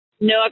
No